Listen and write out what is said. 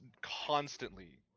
constantly